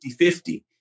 50-50